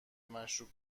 مشروب